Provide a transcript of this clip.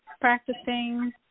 practicing